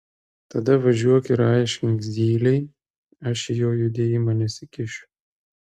tada važiuok ir aiškink zylei aš į jo judėjimą nesikišu